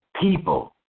people